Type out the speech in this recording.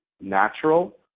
natural